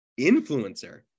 influencer